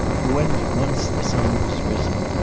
for when once the sun has risen,